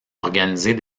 organisés